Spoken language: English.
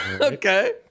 Okay